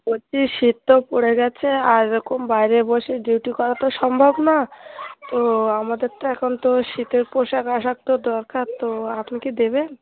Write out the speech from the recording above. বলছি শীত তো পড়ে গেছে আর এরকম বাইরে বসে ডিউটি করা তো সম্ভব না তো আমাদের তো এখন তো শীতের পোশাক আশাক তো দরকার তো আপনি কি দেবেন